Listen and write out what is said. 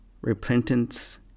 repentance